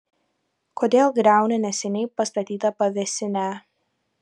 kodėl griauni neseniai pastatytą pavėsinę